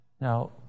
Now